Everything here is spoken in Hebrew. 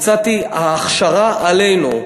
הצעתי: ההכשרה עלינו.